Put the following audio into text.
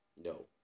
No